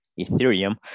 Ethereum